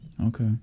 okay